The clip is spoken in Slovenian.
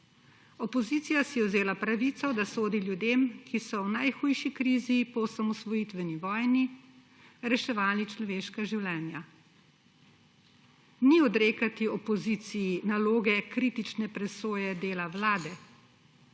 Opozicija si je vzela pravico, da sodi ljudem, ki so v najhujši krizi po osamosvojitveni vojni reševali človeška življenja. Ni odrekati opoziciji naloge kritične presoje dela Vlade,